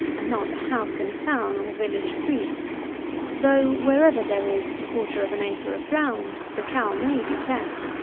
and not a house in a town or village street though, wherever there is the quarter of an acre of ground, the cow may be kept.